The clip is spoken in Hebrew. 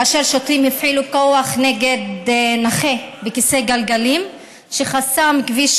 כאשר שוטרים הפעילו כוח נגד נכה בכיסא גלגלים שחסם כביש